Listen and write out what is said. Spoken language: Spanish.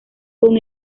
con